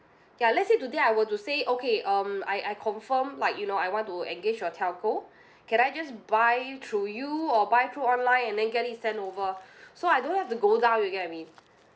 ya let's say today I were to say okay um I I confirm lah you know I want to engage your telco can I just buy through you or buy through online and then get it send over so I don't have to go down you get what I mean